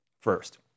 First